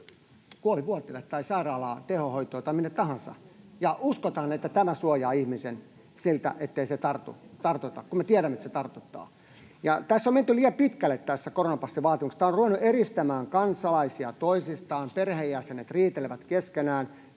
kuolinvuoteelle tai sairaalaan tehohoitoon tai minne tahansa, ja uskotaan, että tämä suojaa ihmisen siltä, ettei se tartu, tartuta, kun me tiedämme, että se tartuttaa? Tässä koronapassivaatimuksessa on menty liian pitkälle. Tämä on ruvennut eristämään kansalaisia toisistaan, perheenjäsenet riitelevät keskenään,